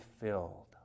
filled